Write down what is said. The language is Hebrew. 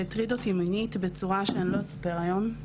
שהטריד אותי מינית בצורה שאני לא אספר היום,